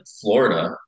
Florida